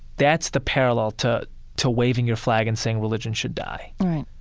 that's the parallel to to waving your flag and saying religion should die right